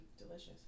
delicious